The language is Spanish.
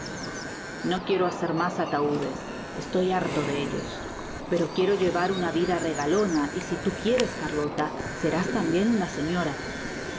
no quiero hacer mas ataudes estoy harto de ellos pero quiero llevar una vida regalona y si tu quieres carlota serás tambien una señora